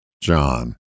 John